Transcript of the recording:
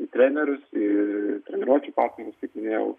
į trenerius į treniruočių partnerius kaip minėjau